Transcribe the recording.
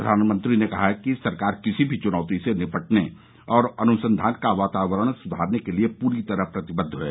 प्रधानमंत्री ने कहा कि सरकार किसी भी चुनौती से निपटने और अनुसंधान का वातावरण सुधारने के लिए पूरी तरह प्रतिबद्ध है